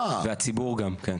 והציבור גם כן.